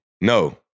No